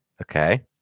Okay